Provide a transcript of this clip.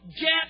get